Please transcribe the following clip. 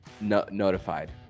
notified